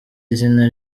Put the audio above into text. izina